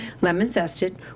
lemon-zested